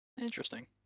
Interesting